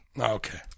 Okay